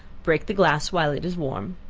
break the glass while it is warm.